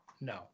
no